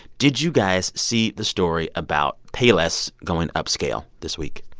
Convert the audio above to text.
did you guys see the story about payless going upscale this week?